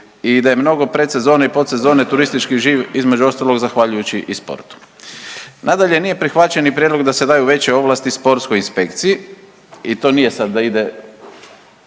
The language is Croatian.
i da je mnogo predsezone i podsezone turistički živ između ostalog zahvaljujući i sportu. Nadalje, nije prihvaćen ni prijedlog da se daju veće ovlasti sportskoj inspekciji i to nije sad da ide,